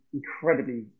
incredibly